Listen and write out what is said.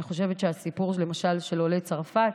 אני חושבת שהסיפור, למשל, של עולי צרפת